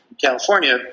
California